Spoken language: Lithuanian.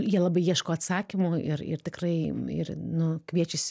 jie labai ieško atsakymų ir ir tikrai ir nu kviečiasi